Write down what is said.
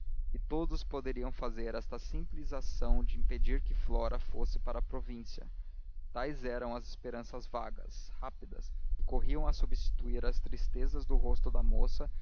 e todos poderiam fazer esta simples ação de impedir que flora fosse para a província tais eram as esperanças vagas rápidas que corriam a substituir as tristezas do rosto da moça